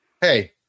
hey